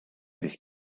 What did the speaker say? sich